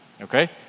Okay